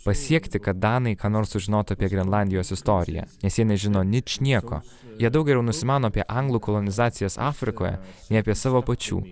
pasiekti kad danai ką nors sužinotų apie grenlandijos istoriją nes jie nežino ničnieko jie daug geriau nusimano apie anglų kolonizacijas afrikoje nei apie savo pačių